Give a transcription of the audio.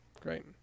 Great